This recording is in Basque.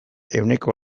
ehuneko